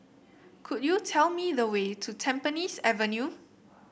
could you tell me the way to Tampines Avenue